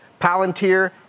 Palantir